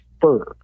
fur